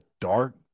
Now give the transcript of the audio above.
dark